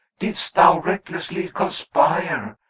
didst thou recklessly conspire,